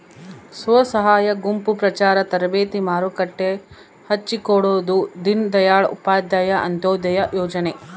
ಸ್ವಸಹಾಯ ಗುಂಪು ಪ್ರಚಾರ ತರಬೇತಿ ಮಾರುಕಟ್ಟೆ ಹಚ್ಛಿಕೊಡೊದು ದೀನ್ ದಯಾಳ್ ಉಪಾಧ್ಯಾಯ ಅಂತ್ಯೋದಯ ಯೋಜನೆ